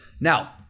Now